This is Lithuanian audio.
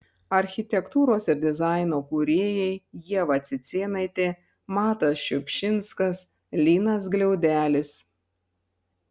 architektūros ir dizaino kūrėjai ieva cicėnaitė matas šiupšinskas linas gliaudelis